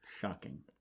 shocking